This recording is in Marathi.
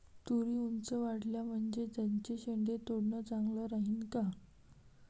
तुरी ऊंच वाढल्या म्हनजे त्याचे शेंडे तोडनं चांगलं राहीन का?